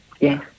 yes